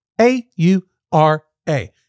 A-U-R-A